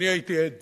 ואני הייתי עד